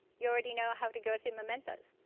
you already know how to go through mementos.